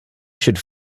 should